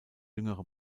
jüngere